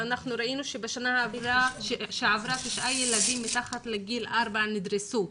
וראינו שבשנה שעברה תשעה ילדים מתחת לגיל ארבע נדרסו.